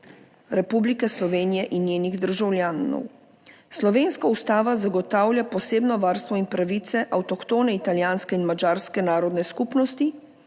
Republike Slovenije in njenih državljanov. Slovenska ustava zagotavlja posebno varstvo in pravice avtohtone italijanske in madžarske narodne skupnosti